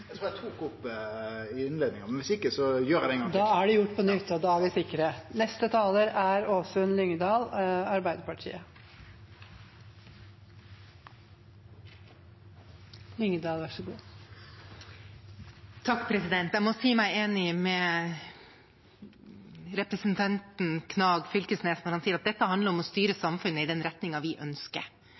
Jeg må si meg enig med representanten Knag Fylkesnes når han sier at dette handler om å styre samfunnet i den retningen vi ønsker.